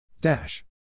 Dash